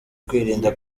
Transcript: kwirinda